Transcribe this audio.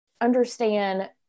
understand